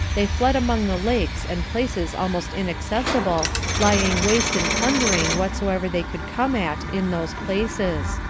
they fled among the lakes and places almost inaccessible laying waste and plundering whatsoever they could come at in those places.